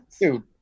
Dude